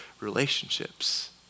relationships